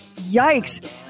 Yikes